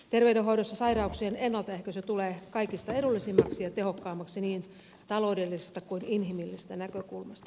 terveydenhoidossa sairauksien ennaltaehkäisy tulee kaikista edullisimmaksi ja tehokkaimmaksi niin taloudellisesta kuin inhimillisestä näkökulmasta